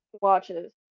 watches